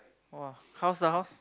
!wah! how's the house